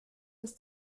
des